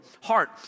heart